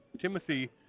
Timothy